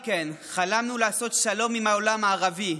חלמנו לעשות שלום עם העולם הערבי,